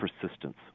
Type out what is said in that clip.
persistence